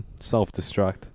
self-destruct